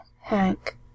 Hank